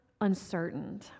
uncertain